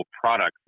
products